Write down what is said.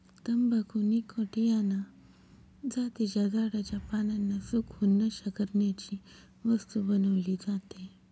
तंबाखू निकॉटीयाना जातीच्या झाडाच्या पानांना सुकवून, नशा करण्याची वस्तू बनवली जाते